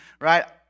right